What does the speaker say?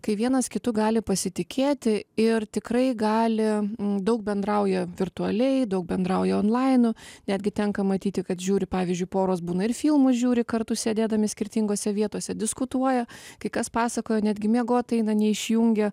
kai vienas kitu gali pasitikėti ir tikrai gali daug bendrauja virtualiai daug bendrauja onlainu netgi tenka matyti kad žiūri pavyzdžiui poros būna ir filmus žiūri kartu sėdėdami skirtingose vietose diskutuoja kai kas pasakoja netgi miegot eina neišjungia